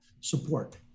support